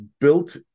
built